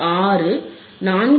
56 4